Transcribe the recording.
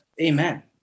Amen